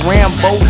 Rambo